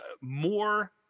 more